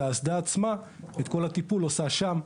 והאסדה עצמה את כל הטיפול עושה שם.